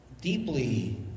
deeply